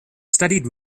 studied